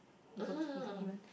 Nicole-Kid~ Nicole-Kidman